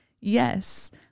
Yes